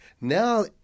now